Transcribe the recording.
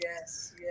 yes